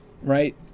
right